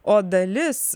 o dalis